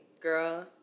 girl